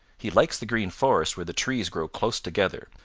he likes the green forest where the trees grow close together,